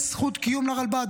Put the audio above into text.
אין זכות קיום לרלב"ד.